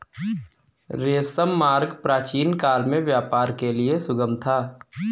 रेशम मार्ग प्राचीनकाल में व्यापार के लिए सुगम था